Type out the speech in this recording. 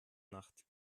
nacht